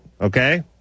Okay